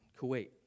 Kuwait